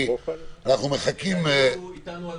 כי אנחנו מחכים --- לדעתי הוא איתנו על